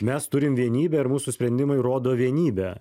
mes turim vienybę ir mūsų sprendimai rodo vienybę